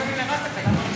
בבקשה, אדוני.